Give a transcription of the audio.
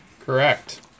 Correct